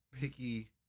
picky